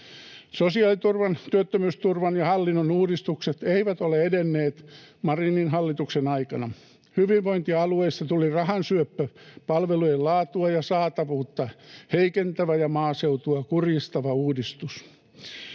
Sosiaaliturvan, työttömyysturvan ja hallinnon uudistukset eivät ole edenneet Marinin hallituksen aikana. Hyvinvointialueista tuli rahansyöppö, palvelujen laatua ja saatavuutta heikentävä ja maaseutua kurjistava uudistus.